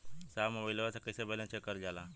साहब मोबइलवा से कईसे बैलेंस चेक करल जाला?